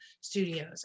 studios